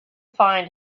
find